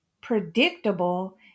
predictable